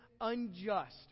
unjust